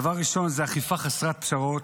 דבר ראשון, אכיפה חסרת פשרות.